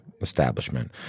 establishment